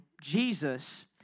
Jesus